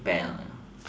bad ya